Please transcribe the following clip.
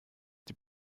die